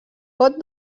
pot